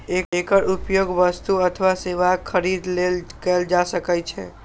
एकर उपयोग वस्तु अथवा सेवाक खरीद लेल कैल जा सकै छै